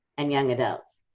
and young adults.